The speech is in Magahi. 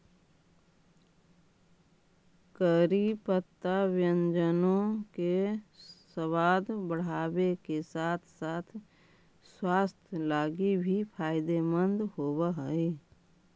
करी पत्ता व्यंजनों के सबाद बढ़ाबे के साथ साथ स्वास्थ्य लागी भी फायदेमंद होब हई